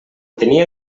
tenia